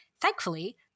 Thankfully